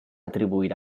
atribuir